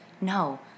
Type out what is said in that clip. no